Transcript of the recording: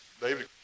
David